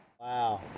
Wow